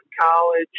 college